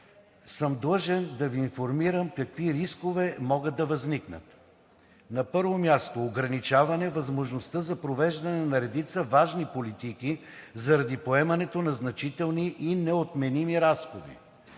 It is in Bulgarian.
съм длъжен да Ви информирам какви рискове могат да възникнат. На първо място, ограничаване възможността за провеждане на редица важни политики заради поемането на значителни и неотменими разходи.